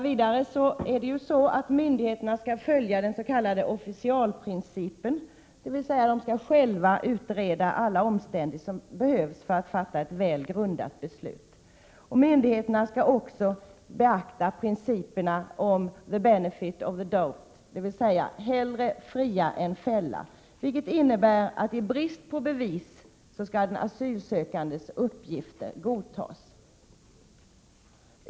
Vidare är det så att myndigheterna skall följa den s.k. officialprincipen, dvs. själva utreda alla omständigheter som behövs för att fatta ett väl grundat beslut. Myndigheterna skall också beakta principen om ”the benefit of the doubt”, dvs. hellre fria än fälla, vilket innebär att i brist på bevis skall den asylsökandes uppgifter godtas.